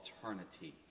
eternity